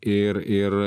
ir ir